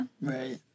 Right